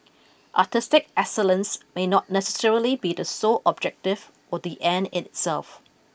artistic excellence may not necessarily be the sole objective or the end in itself